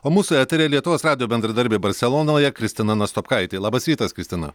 o mūsų eteryje lietuvos radijo bendradarbė barselonoje kristina nastopkaitė labas rytas kristina